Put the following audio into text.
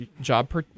job